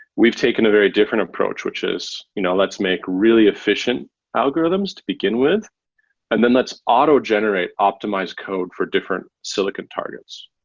we've taken a very different approach, which is you know let's make really efficient algorithms to begin with and then lets auto generate optimize code for different silicon targets.